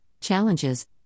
challenges